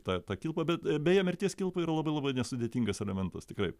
tą tą kilpą bet e beje mirties kilpa yra labai labai nesudėtingas elementas tikrai